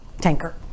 Tanker